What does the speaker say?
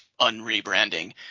unrebranding